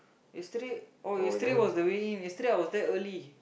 you straight oh you straight was the really yesterday I was that early